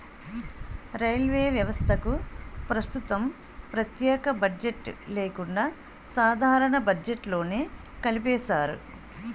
railway వ్యవస్థకు ప్రస్తుతం ప్రత్యేక బడ్జెట్ లేకుండా సాధారణ బడ్జెట్లోనే కలిపేశారు